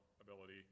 ability